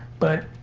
but